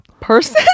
person